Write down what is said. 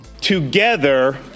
Together